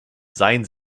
seien